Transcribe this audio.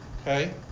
Okay